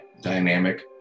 dynamic